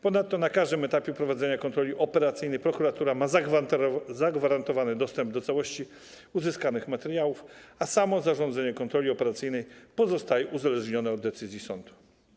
Ponadto na każdym etapie prowadzenia kontroli operacyjnej prokuratura ma zagwarantowany dostęp do całości uzyskanych materiałów, a samo zarządzenie kontroli operacyjnej jest uzależnione od decyzji sądu.